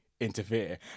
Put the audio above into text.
interfere